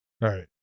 right